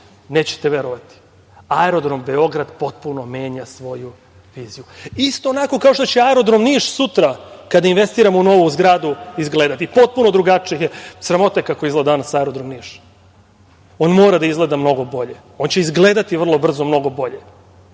Nećete verovati, aerodrom Beograd potpuno menja svoju viziju. Isto onako kao što će Aerodrom Niš sutra kada investiramo u novu zgradu izgledati, potpuno drugačije, sramota je kako izgleda danas Aerodrom Niš. On mora da izgleda mnogo bolje. On će izgledati vrlo brzo mnogo bolje. Mi